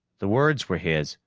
the words were his,